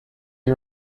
you